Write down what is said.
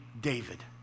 David